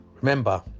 Remember